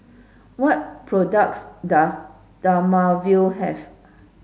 what products does Dermaveen have